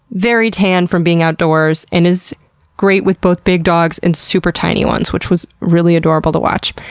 very tan from being outdoors, and is great with both big dogs and super tiny ones, which was really adorable to watch.